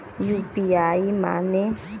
UPI माने?